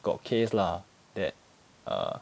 got case lah that err